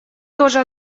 тоже